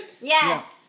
Yes